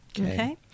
Okay